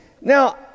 Now